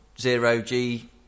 zero-G